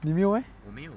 你没有 meh